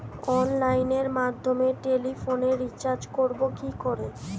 অনলাইনের মাধ্যমে টেলিফোনে রিচার্জ করব কি করে?